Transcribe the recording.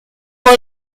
por